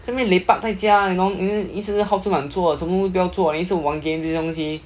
在那边 lepak 在家 you know 一直好吃懒做什么东西都不要做 then 一直玩这些东西